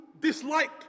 dislike